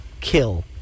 kill